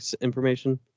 information